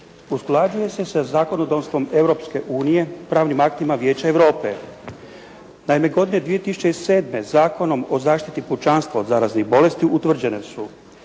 usklađuje se sa zakonodavstvom Europske unije, pravnim aktima Vijeća Europe. Naime godine 2007. Zakonom o zaštiti pučanstva od zaraznih bolesti utvrđene su